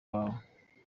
wawe